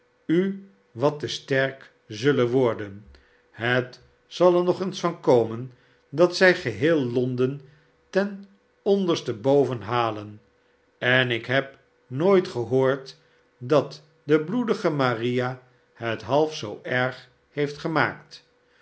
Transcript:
u wat te sterk zullen worden het zal er nog eens van komen dat zij geheel londen ten onderste boven halen en ik heb nooit gehoord dat de bloedige maria het half zoo erg heeft gemaakt